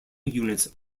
units